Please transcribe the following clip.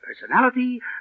personality